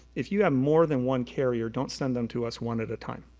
if you have more than one carrier, don't send them to us one at a time.